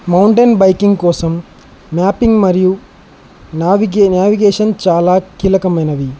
mountain biking కోసం mapping మరియు నావిగే నావిగేషన్ చాలా కీలకమైనవి